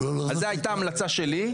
אז זו הייתה המלצה שלי.